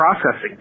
processing